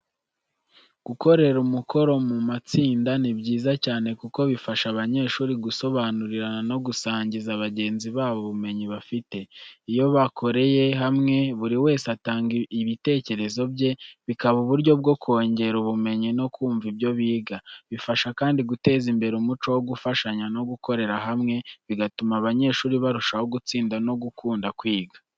Gukorera umukoro mu matsinda ni byiza cyane kuko bifasha abanyeshuri gusobanurirana no gusangiza bagenzi babo ubumenyi bafite. Iyo bakoreye hamwe, buri wese atanga ibitekerezo bye, bikaba uburyo bwo kongera ubumenyi no kumva ibyo biga. Bifasha kandi guteza imbere umuco wo gufashanya no gukorera hamwe, bigatuma abanyeshuri barushaho gutsinda no gukunda kwiga.